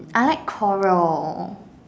I like coral